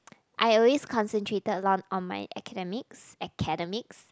I always concentrated a lot on my academics academics